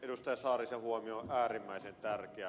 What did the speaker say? edustaja saarisen huomio on äärimmäisen tärkeä